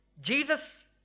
Jesus